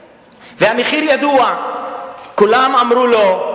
בשלוש השנים האחרונות מחירי הדירות עלו בערך